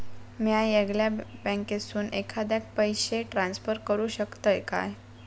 म्या येगल्या बँकेसून एखाद्याक पयशे ट्रान्सफर करू शकतय काय?